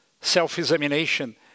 self-examination